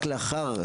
רק לאחר,